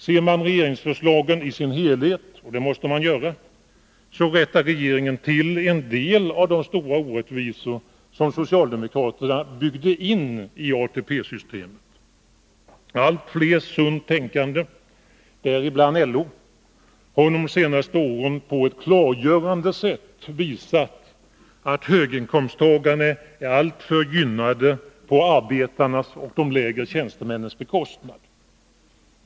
Ser man på regeringsförslaget i dess helhet — och det måste man göra — finner man att regeringen rättar till en del av de stora orättvisor som socialdemokraterna byggde in i ATP-systemet. Allt fler sunt tänkande — däribland LO — har under de senaste åren på ett klargörande sätt visat att höginkomsttagarna är alltför gynnade på arbetarnas och de lägre tjänstemänners bekostnad.